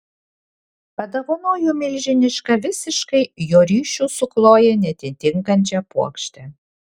padovanojo milžinišką visiškai jo ryšių su chloje neatitinkančią puokštę